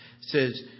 says